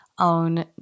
own